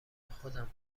خودم